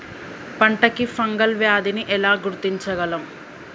పంట కి ఫంగల్ వ్యాధి ని ఎలా గుర్తించగలం?